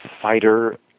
fighter